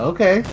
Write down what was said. Okay